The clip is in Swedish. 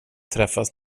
träffas